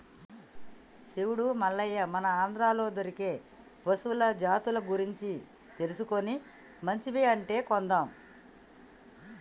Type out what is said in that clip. శివుడు మల్లయ్య మన ఆంధ్రాలో దొరికే పశువుల జాతుల గురించి తెలుసుకొని మంచివి ఉంటే కొందాం